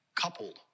coupled